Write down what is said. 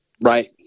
Right